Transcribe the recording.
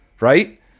right